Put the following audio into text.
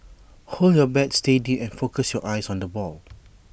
hold your bat steady and focus your eyes on the ball